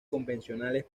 convencionales